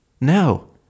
No